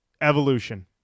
Evolution